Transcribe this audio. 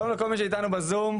שלום לכל מי שאיתנו בזום,